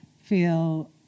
feel